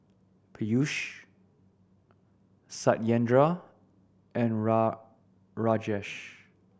Peyush Satyendra and Rajesh